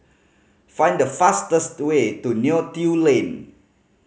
find the fastest way to Neo Tiew Lane